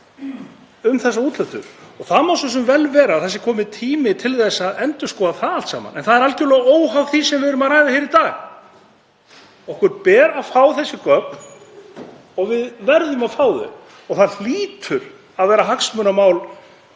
um þessa afhendingu. Það má svo sem vel vera að það sé kominn tími til að endurskoða það allt saman, en það er algjörlega óháð því sem við erum að ræða hér í dag. Okkur ber að fá þessi gögn og við verðum að fá þau. Það hlýtur að vera hagsmunamál